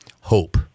hope